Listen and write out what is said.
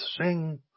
Sing